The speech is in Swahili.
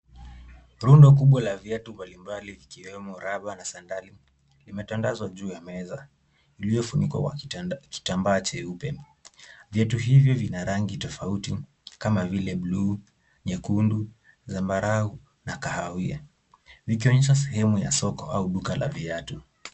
Rundo kubwa la viatu mbalimbali vikiwemo raba na sandali limetandazwa juu ya meza iliyofunikwa kwa kitambaa cheupe, viatu hivyo vina rangi tofauti kama vile bluu, nyekundu, zambarau na kahawia vikionyesha sehemu ya soko au duka la viatu.